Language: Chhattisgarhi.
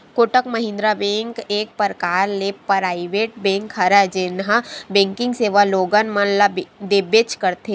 कोटक महिन्द्रा बेंक एक परकार ले पराइवेट बेंक हरय जेनहा बेंकिग सेवा लोगन मन ल देबेंच करथे